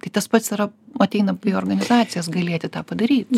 tai tas pats yra ateinam į organizacijas galėti tą padaryt